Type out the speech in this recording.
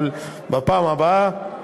אבל בפעם הבאה,